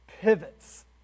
pivots